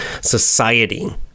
society